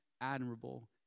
admirable